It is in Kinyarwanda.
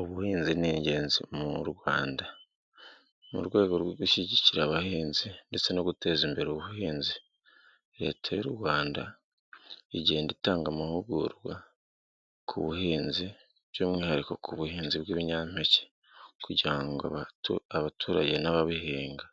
Ubuhinzi ni ingenzi mu Rwanda. Mu rwego rwo gushyigikira abahinzi ndetse no guteza imbere ubuhinzi leta y'u Rwanda igenda itanga amahugurwa ku buhinzi by'umwihariko ku buhinzi bw'ibinyampeke kugira ngo abaturage n'ababihinga